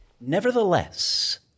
Nevertheless